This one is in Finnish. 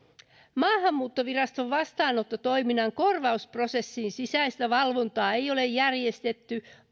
maahanmuuttoviraston vastaanottotoiminnan korvausprosessin sisäistä valvontaa ei ole järjestetty